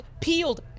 peeled